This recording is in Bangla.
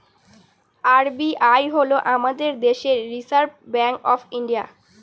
আর.বি.আই হল আমাদের দেশের রিসার্ভ ব্যাঙ্ক অফ ইন্ডিয়া